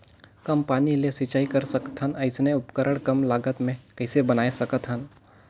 कम पानी ले सिंचाई कर सकथन अइसने उपकरण कम लागत मे कइसे बनाय सकत हन?